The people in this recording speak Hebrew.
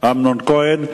אמנון כהן?